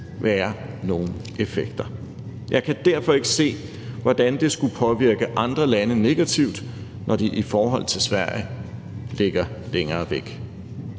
være nogen effekter. Jeg kan derfor ikke se, hvordan det skulle påvirke andre lande negativt, når de i forhold til Sverige ligger længere væk.